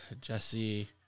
Jesse